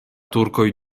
turkoj